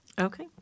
Okay